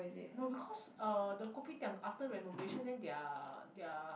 no because uh the kopitiam after renovation then they're they're